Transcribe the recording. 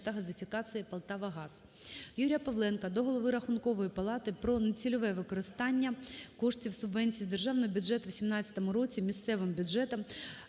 та газифікації "Полтавагаз". Юрія Павленка до голови Рахункової палати про нецільове використання коштів субвенції з державного бюджету у 17-му році місцевим бюджетам